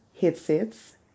headsets